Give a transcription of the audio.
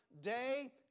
day